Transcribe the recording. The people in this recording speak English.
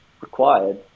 required